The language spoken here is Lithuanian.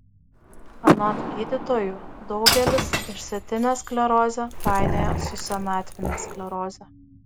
anot gydytojų daugelis išsėtinę sklerozę painioja su senatvine skleroze